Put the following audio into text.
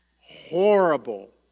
horrible